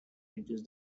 reduce